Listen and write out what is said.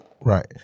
Right